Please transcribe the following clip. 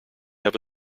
have